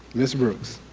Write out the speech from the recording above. mrs. brooks.